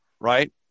right